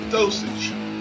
Dosage